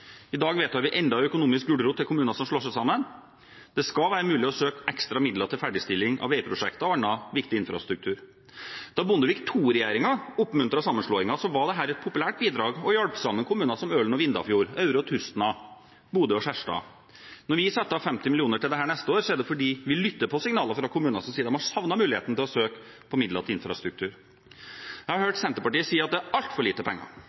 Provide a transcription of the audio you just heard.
I dag vedtar vi enda en økonomisk gulrot til kommuner som slår seg sammen. Det skal være mulig å søke ekstra midler til ferdigstilling av veiprosjekter og annen viktig infrastruktur. Da Bondevik II-regjeringen oppmuntret til sammenslåing, var dette et populært bidrag og hjalp sammen kommuner som Ølen og Vindafjord, Aure og Tustna, Bodø og Skjerstad. Når vi setter av 50 mill. kr til dette neste år, er det fordi vi lytter til signaler fra kommuner som sier de har savnet muligheten til å søke om midler til infrastruktur. Jeg har hørt Senterpartiet si at det er altfor lite penger.